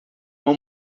uma